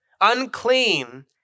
unclean